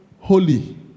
holy